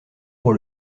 pour